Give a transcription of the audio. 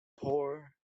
poor